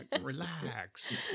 Relax